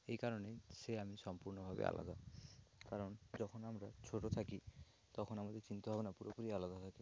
এই কারণেই সে আমি সম্পূর্ণভাবে আলাদা কারণ যখন আমরা ছোটো থাকি তখন আমাদের চিন্তা ভাবনা পুরোপুরি আলাদা থাকে